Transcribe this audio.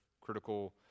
critical